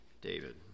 David